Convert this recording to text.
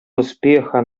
успеха